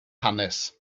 hanes